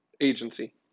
agency